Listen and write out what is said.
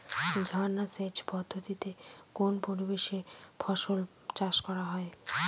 ঝর্না সেচ পদ্ধতিতে কোন পরিবেশে ফসল চাষ করা যায়?